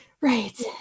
Right